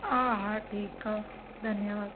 हा हा ठीकु आहे धन्यवादु